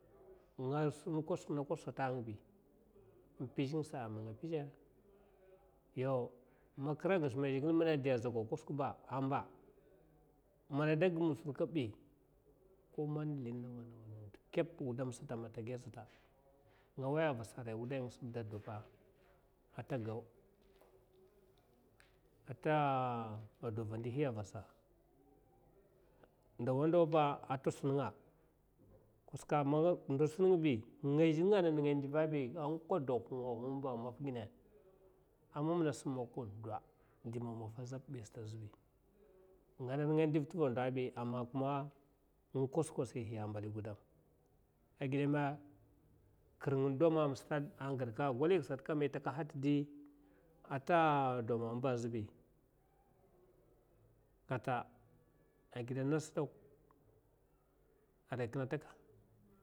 Nga sun kwasak, kwasak sata ngabi in pizh ngasa man nga pizha yaw man kir gasa man zhikle in minan diya aza go kwasak ba ammba manada gi mutsur kabi koman sldin nawa nawa kup gudam man ta giya sata nga waya a vasa aria wudai ngasa da deppa ata deva a ndihi a vasa ndawa, ndawba a ata sun nga kwaska man ndou sun nga bi nga zha ninga nan nga ndiva bi man kade a hung hung ba maff gina a mamna sim man koda nga zha appa safa nga zha’abi nga na nga ndivt’va ndou bi aman kuma nga kwas kwasihi a mbali gudam a gidame kir nga in de a mama stada gwaka gwaliga sata itakaha titia ata de mama ba azibi kata agida nas dak aria kina takaha nga.